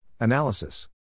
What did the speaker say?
Analysis